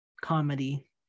comedy